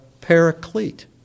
paraclete